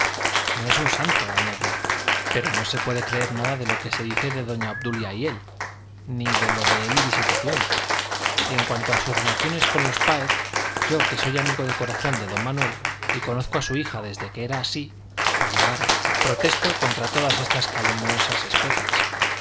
no es un santo añadía pero no se puede creer nada de lo que se dice de doña obdulia y él ni lo de él y visitación y en cuanto a sus relaciones con los páez yo que soy amigo de corazón de don manuel y conozco a su hija desde que era así media vara protesto contra todas esas calumniosas especies